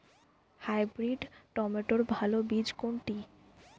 Hybrid টমেটোর ভালো বীজ কোনটি?